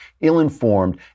ill-informed